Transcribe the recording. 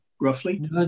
roughly